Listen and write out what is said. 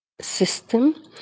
system